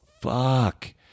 fuck